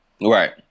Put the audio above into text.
right